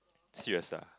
serious ah